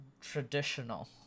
traditional